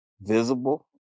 visible